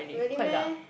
really meh